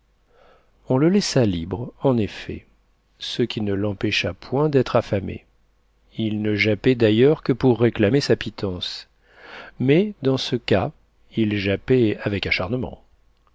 on le laissa libre en effet ce qui ne l'empêcha point d'être affamé il ne jappait d'ailleurs que pour réclamer sa pitance mais dans ce cas il jappait avec acharnement